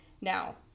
now